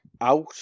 out